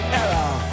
error